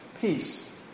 peace